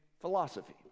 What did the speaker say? philosophy